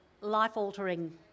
life-altering